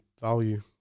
Value